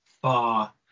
far